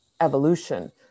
evolution